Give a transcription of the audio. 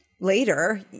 later